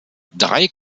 drei